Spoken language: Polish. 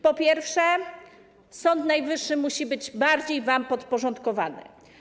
Po pierwsze, Sąd Najwyższy musi być bardziej wam podporządkowany.